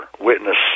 witness